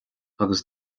agus